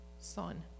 son